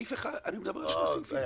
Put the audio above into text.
אני מדבר על שני סעיפים.